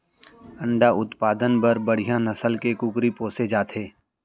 अंडा उत्पादन बर बड़िहा नसल के कुकरी पोसे जाथे